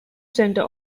center